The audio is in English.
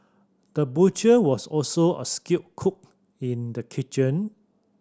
the butcher was also a skilled cook in the kitchen